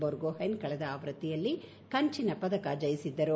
ಬೊರ್ಗೊಹೈನ್ ಕಳೆದ ಆವೃತ್ತಿಯಲ್ಲಿ ಕಂಚಿನ ಪದಕ ಜಯಿಸಿದ್ದರು